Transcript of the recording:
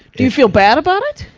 do you feel bad about it?